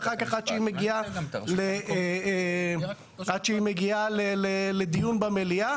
ואחר כך עד שהיא מגיעה לדיון במליאה.